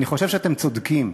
אני חושב שאתם צודקים,